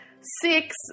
six